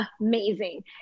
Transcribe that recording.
amazing